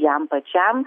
jam pačiam